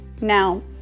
Now